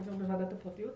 חבר בוועדת הפרטיות.